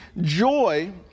joy